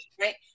right